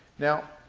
now,